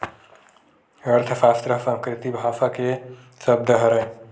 अर्थसास्त्र ह संस्कृत भासा के सब्द हरय